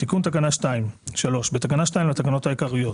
תיקון תקנה 2 3. בתקנה 2 לתקנות העיקריות